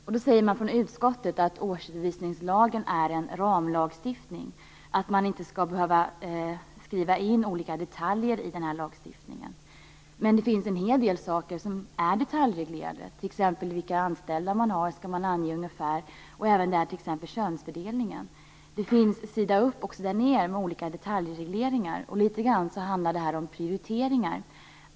Från utskottet säger man att årsredovisningslagen är en ramlagstiftning och att man inte skall behöva skriva in olika detaljer i lagstiftningen. Men det finns en hel del saker som är detaljreglerade. Man skall t.ex. ange ungefär hur många anställda man har och även könsfördelningen. Det står sida upp och sida ned om olika detaljregleringar. Det här handlar litet grand om prioriteringar.